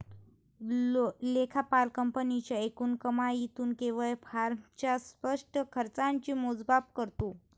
लेखापाल कंपनीच्या एकूण कमाईतून केवळ फर्मच्या स्पष्ट खर्चाचे मोजमाप करतो